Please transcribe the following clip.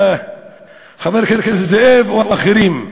חבר הכנסת זאב או אחרים,